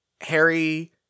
Harry